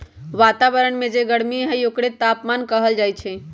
वतावरन में जे गरमी हई ओकरे तापमान कहल जाई छई